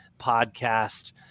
podcast